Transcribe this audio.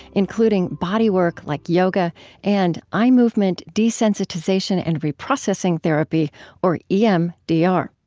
including body work like yoga and eye movement desensitization and reprocessing therapy or emdr